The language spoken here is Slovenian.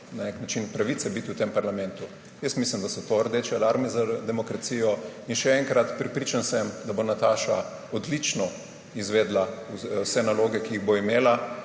na nek način pravice biti v tem parlamentu. Mislim, da so to rdeči alarmi za demokracijo. In še enkrat, prepričan sem, da bo Nataša odlično izvedla vse naloge, ki jih bo imela,